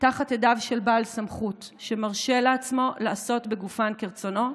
תחת ידיו של בעל סמכות שמרשה לעצמו לעשות בגופן כרצונו,